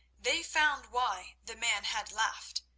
they found why the man had laughed,